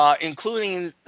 Including